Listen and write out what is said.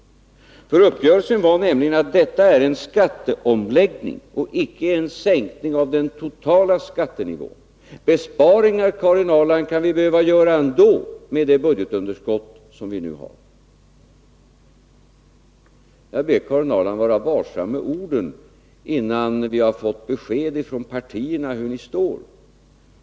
Uppgörelsen gällde nämligen en skatteomläggning och icke en sänkning av den totala skattenivån. Besparingar, Karin Ahrland, kan vi behöva göra ändå med det budgetunderskott som vi nu har. Jag ber Karin Ahrland att vara varsam med orden innan vi fått besked från partierna hur ni står.